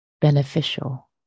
beneficial